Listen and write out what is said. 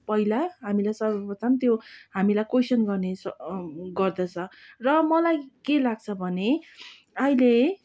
पहिला हामीलाई सर्वप्रथम त्यो हामीलाई कोइसन गर्ने गर्दछ र मलाई के लाग्छ भने अहिले